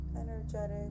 energetic